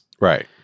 Right